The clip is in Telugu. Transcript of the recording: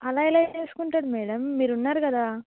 అలా ఎలా చేసుకుంటాడు మేడం మీరు ఉన్నారు కదా